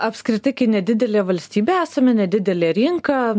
apskritai kai nedidelė valstybė esame nedidelė rinka